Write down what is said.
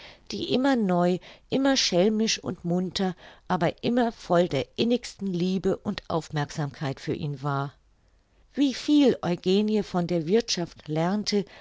die immer neu immer schelmisch und munter aber immer voll der innigsten liebe und aufmerksamkeit für ihn war wie viel eugenie von der wirthschaft lernte